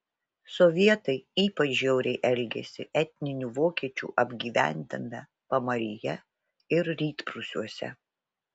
sovietai ypač žiauriai elgėsi etninių vokiečių apgyventame pamaryje ir rytprūsiuose